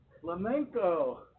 Flamenco